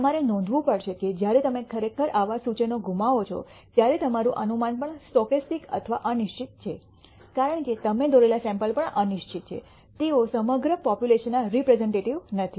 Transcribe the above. તમારે નોંધવું પડશે કે જ્યારે તમે ખરેખર આવા સૂચનો ગુમાવો છો ત્યારે તમારું અનુમાન પણ સ્ટોક્સ્ટીક અથવા અનિશ્ચિત છે કારણ કે તમે દોરેલા સૈમ્પલ પણ અનિશ્ચિત છે તેઓ સમગ્ર પોપ્યુલેશનના રેપ્રેઝન્ટટિવ નથી